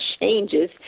changes